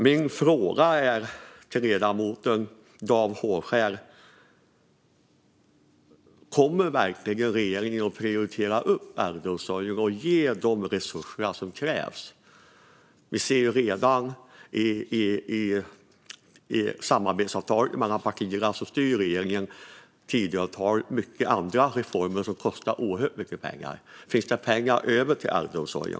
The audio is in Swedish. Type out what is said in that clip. Min fråga till ledamoten Dan Hovskär är om regeringen verkligen kommer att prioritera upp äldreomsorgen och ge de resurser som krävs. Vi ser ju redan i samarbetsavtalet mellan partierna som styr regeringen, Tidöavtalet, många andra reformer som kostar oerhört mycket pengar. Finns det pengar över till äldreomsorgen?